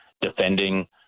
defending